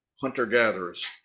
hunter-gatherers